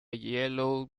yellow